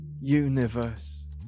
universe